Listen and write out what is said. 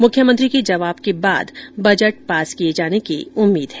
मुख्यमंत्री के जवाब के बाद बजट पास किए जाने की उम्मीद है